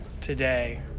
today